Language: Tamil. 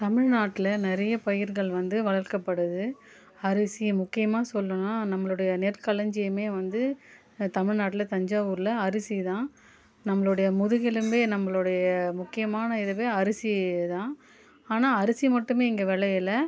தமிழ்நாட்டில் நிறைய பயிர்கள் வந்து வளர்க்கப்படுது அரிசி முக்கியமாக சொல்லணுன்னா நம்மளுடைய நெற்களஞ்சியமே வந்து தமிழ்நாட்டில் தஞ்சாவூரில் அரிசி தான் நம்மளுடைய முதுகெலும்பே நம்பளுடைய முக்கியமான இதுவே அரிசி தான் ஆனால் அரிசி மட்டுமே இங்கே விளையில